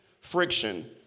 Friction